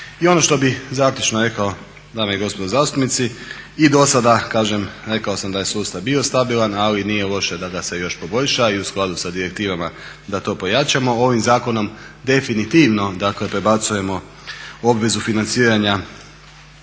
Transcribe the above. I ono što bih zaključno rekao dame i gospodo zastupnici, i do sada kažem rekao sam da je sustav bio stabilan ali nije loše da ga se još poboljša i u skladu sa direktivama da to pojačamo. Ovim zakonom definitivno dakle prebacujemo obvezu financiranja